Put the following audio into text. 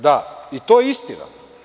Da, i to je istina.